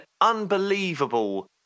unbelievable